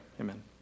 Amen